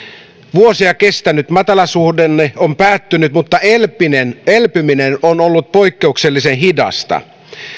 vuosia kestänyt matalasuhdanne on päättynyt mutta elpyminen elpyminen on ollut poikkeuksellisen hidasta